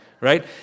right